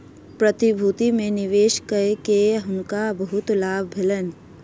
प्रतिभूति में निवेश कय के हुनका बहुत लाभ भेलैन